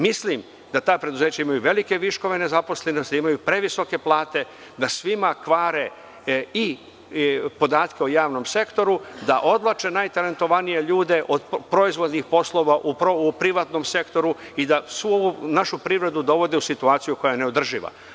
Mislim da ta preduzeća imaju velike viškove nezaposlenosti, da imaju previsoke plate, da svima kvare i podatke o javnom sektoru, da odvlače najtalentovanije ljudi od proizvodnih poslova u privatnom sektoru i da svu našu privredu dovode u situaciju koja je neodrživa.